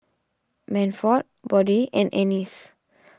Manford Bode and Anice